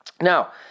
Now